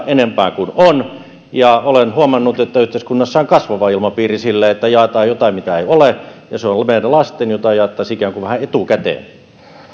enempää kuin on olen huomannut että yhteiskunnassa on kasvava ilmapiiri sille että jaetaan jotain mitä ei ole se on meidän lastemme ja sitä jaettaisiin ikään kuin vähän etukäteen